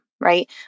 right